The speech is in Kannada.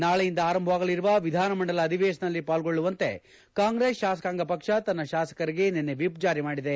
ನಾಳೆಯಿಂದ ಆರಂಭವಾಗಲಿರುವ ವಿಧಾನಮಂಡಲ ಅಧಿವೇಶನದಲ್ಲಿ ಪಾಲ್ಗೊಳ್ಳುವಂತೆ ಕಾಂಗ್ರೆಸ್ ಶಾಸಕಾಂಗ ಪಕ್ಷ ತನ್ನ ಶಾಸಕರಿಗೆ ನಿನ್ನೆ ವಿಪ್ ಜಾರಿ ಮಾಡಿದೆ